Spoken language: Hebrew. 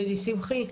דדי שמחי,